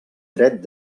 dret